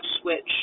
switch